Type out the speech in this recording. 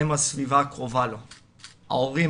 הם הסביבה הקרובה לו-הורים,